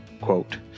Quote